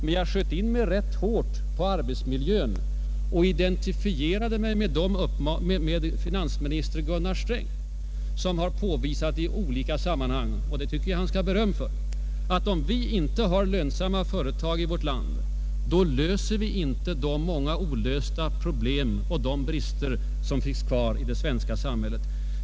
Men jag sköt in mig rätt hårt på arbetsmiljön och identifierade mig med finansminister Gunnar Sträng, som i olika sammanhang har påvisat — jag tycker att han skall ha beröm för detta — att om vi inte har lönsamma företag i vårt land, då klarar vi inte de många olösta problemen och de brister som finns kvar i det svenska samhället.